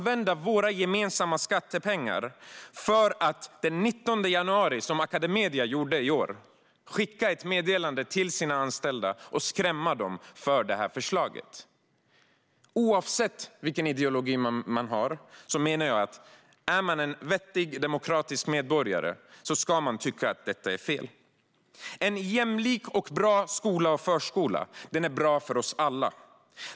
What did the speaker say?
Våra gemensamma skattepengar används för att, som Academedia gjorde den 19 januari i år, skicka ett meddelande till sina anställda och skrämma dem för det här förslaget. Oavsett vilken ideologi man har menar jag att en vettig, demokratisk medborgare ska tycka att detta är fel. En jämlik och bra skola och förskola är bra för oss alla.